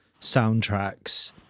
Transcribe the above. soundtracks